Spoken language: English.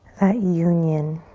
that union.